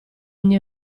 ogni